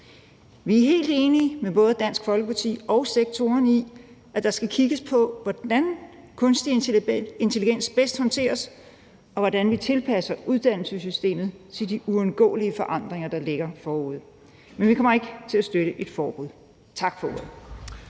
Vi er helt enige med både Dansk Folkeparti og sektoren i, at der skal kigges på, hvordan kunstig intelligens bedst håndteres, og hvordan vi tilpasser uddannelsessystemet til de uundgåelige forandringer, der ligger forude. Men vi kommer ikke til at støtte et forbud. Tak for ordet.